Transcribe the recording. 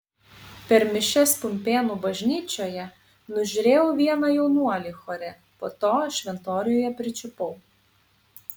per mišias pumpėnų bažnyčioje nužiūrėjau vieną jaunuolį chore po to šventoriuje pričiupau